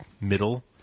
middle